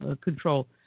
control